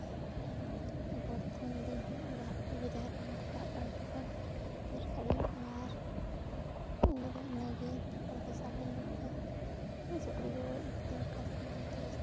ᱯᱚᱨᱛᱷᱚᱢ ᱫᱤᱱ ᱦᱤᱞᱳᱜ ᱫᱚ ᱵᱟᱦᱟ ᱯᱚᱨᱚᱵᱽ ᱫᱚ ᱡᱟᱦᱮᱨ ᱛᱷᱟᱱ ᱠᱚ ᱫᱟᱵ ᱵᱟᱲᱟ ᱠᱮᱫᱟ ᱡᱟᱦᱮᱨ ᱥᱟᱹᱲᱤᱢ ᱟᱨ ᱦᱤᱞᱳᱜ ᱫᱚ ᱤᱱᱟᱹᱜᱮ ᱛᱟᱨᱯᱚᱨ ᱫᱚᱥᱟᱨ ᱫᱤᱱ ᱦᱤᱞᱳᱜ ᱫᱚ ᱥᱩᱠᱨᱤ ᱠᱚ ᱜᱚᱡ ᱞᱮᱫᱮᱭᱟ ᱚᱠᱟ ᱥᱮᱱ ᱚᱱᱛᱮ ᱵᱟᱹᱥᱛᱤ ᱥᱮᱱ